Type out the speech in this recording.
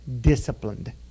disciplined